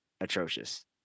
atrocious